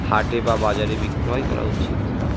হাটে বা বাজারে বিক্রয় করা উচিত